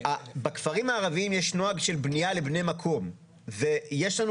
בכפרים הערביים יש נוהג של בניה לבני מקום ויש לנו